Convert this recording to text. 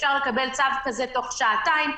אפשר לקבל צו כזה תוך שעתיים.